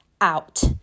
out